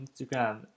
Instagram